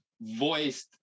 voiced